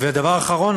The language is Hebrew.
דבר אחרון,